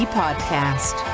podcast